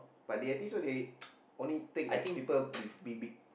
but I think so they only take like people with big big